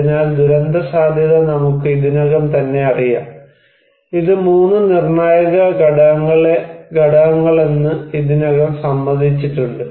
അതിനാൽ ദുരന്തസാധ്യത നമുക്ക് ഇതിനകം തന്നെ അറിയാം ഇത് 3 നിർണായക ഘടകങ്ങളാണെന്ന് ഇതിനകം സമ്മതിച്ചിട്ടുണ്ട്